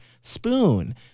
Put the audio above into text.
Spoon